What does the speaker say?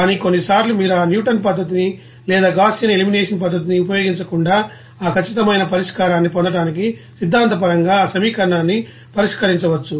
కానీ కొన్నిసార్లు మీరు ఆ న్యూటన్ పద్ధతిని లేదా గాస్సియన్ ఎలిమినేషన్ పద్ధతిని ఉపయోగించకుండా ఆ ఖచ్చితమైన పరిష్కారాన్ని పొందడానికి సిద్ధాంతపరంగా ఆ సమీకరణాన్ని పరిష్కరించవచ్చు